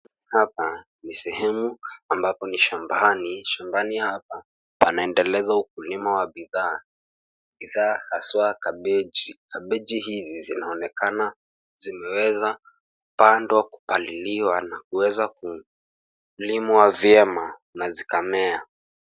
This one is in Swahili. Hapa ni sehemu ambapo ni shambani. Shambani hapa panaendeleza ukulima wa bidhaa, bidhaa hasa kabeji . Kabeji hizi zinaonekana zimeweza kupandwa, kupaliliwa na kuweza kulimwa vyema na zikamea.